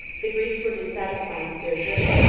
the greeks were dissatisfied with their journey,